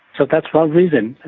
so that's one reason.